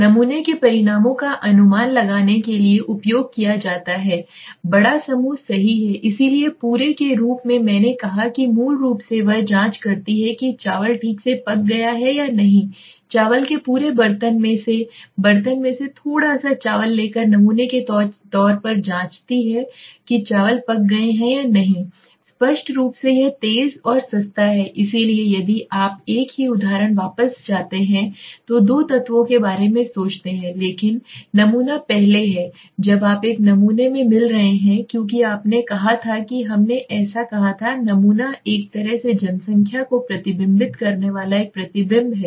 नमूने के परिणामों का अनुमान लगाने के लिए उपयोग किया जाता है बड़ा समूह सही है इसलिए पूरे के रूप में मैंने कहा कि मूल रूप से वह जांच करती है कि चावल ठीक से पक गया है या नहीं चावल के पूरे बर्तन में से बर्तन में से थोड़ा सा चावल लेकर नमूने के तौर पर जानती है कि चावल पक गए हैं या नहीं स्पष्ट रूप से यह तेज़ और सस्ता है इसलिए यदि आप एक ही उदाहरण पर वापस जाते हैं और दो तत्वों के बारे में सोचते हैं लेकिन नमूना पहले है जब आप एक नमूने में मिल रहे हैं क्योंकि आपने कहा था कि हमने ऐसा कहा था नमूना एक तरह से जनसंख्या को प्रतिबिंबित करने वाला एक प्रतिबिंब है